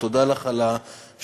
ותודה לך על השותפות,